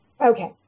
Okay